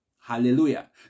Hallelujah